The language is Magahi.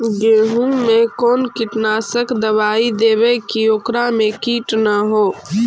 गेहूं में कोन कीटनाशक दबाइ देबै कि ओकरा मे किट न हो?